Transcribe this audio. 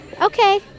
Okay